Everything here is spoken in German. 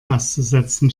auszusetzen